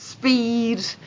Speed